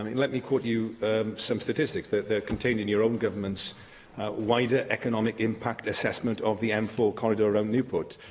i mean let me quote you some statistics they're they're contained in your own government's wider economic impact assessment of the m four corridor around newport,